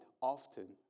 often